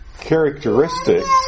characteristics